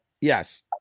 Yes